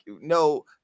no